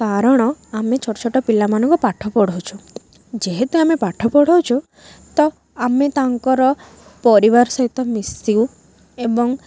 କାରଣ ଆମେ ଛୋଟ ଛୋଟ ପିଲାମାନଙ୍କୁ ପାଠ ପଢ଼ଉଛୁ ଯେହେତୁ ଆମେ ପାଠ ପଢ଼ଉଛୁ ତ ଆମେ ତାଙ୍କର ପରିବାର ସହିତ ମିଶୁ ଏବଂ